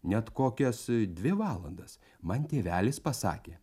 net kokias dvi valandas man tėvelis pasakė